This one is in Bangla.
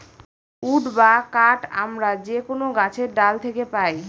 উড বা কাঠ আমরা যে কোনো গাছের ডাল থাকে পাই